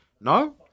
No